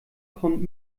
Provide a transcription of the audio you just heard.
kommt